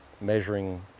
measuring